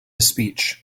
speech